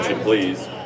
Please